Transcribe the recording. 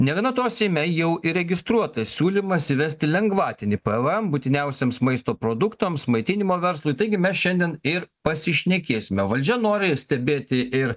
negana to seime jau įregistruotas siūlymas įvesti lengvatinį pvm būtiniausiems maisto produktams maitinimo verslui taigi mes šiandien ir pasišnekėsime valdžia nori stebėti ir